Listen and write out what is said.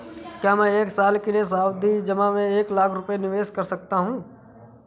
क्या मैं एक साल के लिए सावधि जमा में एक लाख रुपये निवेश कर सकता हूँ?